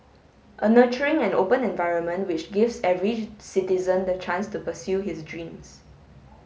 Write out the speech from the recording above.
a nurturing and open environment which gives every citizen the chance to pursue his dreams